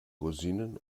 rosinen